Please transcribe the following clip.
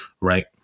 right